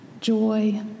Joy